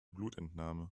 blutentnahme